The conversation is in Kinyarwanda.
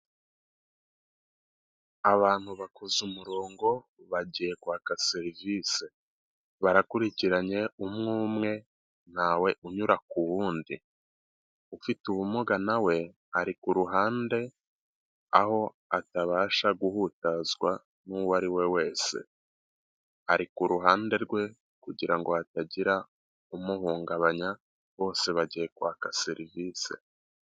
Abantu bakoze umurongo bagiye kwaka serivisi barakurikiranye umwu umwe ntawe unyura ku wundi, ufite ubumuga nawe ari ku ruhande aho atabasha guhutazwa n'uwo ari we wese, ari ku ruhande rwe kugira ngo hatagira umuhungabanya bose bagiye kwaka serivisi.